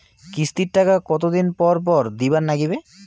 কিস্তির টাকা কতোদিন পর পর দিবার নাগিবে?